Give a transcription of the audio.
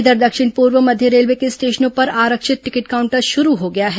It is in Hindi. इधर दक्षिण पूर्व मध्य रेलवे के स्टेशनों पर आरक्षित टिकट काउंटर शुरू हो गया है